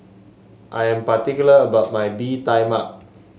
I am particular about my Bee Tai Mak